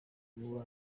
uwo